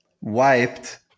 wiped